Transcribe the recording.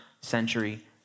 century